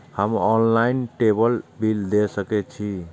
हम ऑनलाईनटेबल बील दे सके छी?